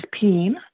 pain